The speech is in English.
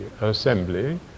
assembly